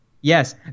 Yes